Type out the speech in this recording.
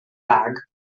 bag